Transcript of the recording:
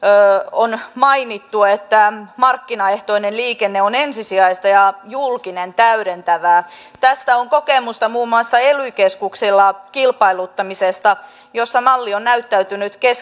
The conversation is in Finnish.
on mainittu että markkinaehtoinen liikenne on ensisijaista ja julkinen täydentävää tästä on kokemusta muun muassa ely keskuksilla kilpailuttamisesta jossa malli on näyttänyt